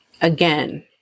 again